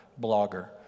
blogger